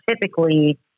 typically